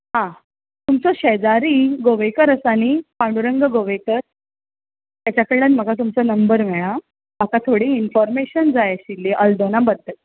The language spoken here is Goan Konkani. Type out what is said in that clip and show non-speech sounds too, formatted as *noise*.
आं तुमचो शेजारी गोवेकर आसा न्ही पांडुरंग गोवेकर ताच्या कडल्यान म्हाका तुमचो नंबर मेळ्ळा म्हाका थोडी इनफॉरमेशन जाय आशिल्ली हल्दोणें *unintelligible*